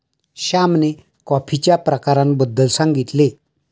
श्यामने कॉफीच्या प्रकारांबद्दल सांगितले